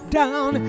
down